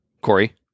Corey